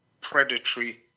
predatory